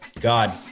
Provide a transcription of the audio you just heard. God